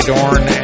Dorn